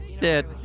dead